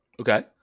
Okay